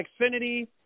Xfinity